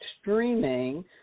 streaming